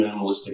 minimalistic